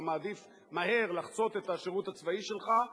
אתה מעדיף לחצות מהר את השירות הצבאי שלך,